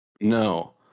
no